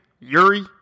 Yuri